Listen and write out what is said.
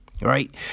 right